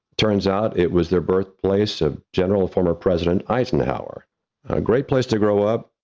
turns out, it was the birthplace of general, former president eisenhower. a great place to grow up,